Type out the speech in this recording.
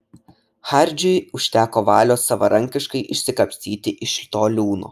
hardžiui užteko valios savarankiškai išsikapstyti iš to liūno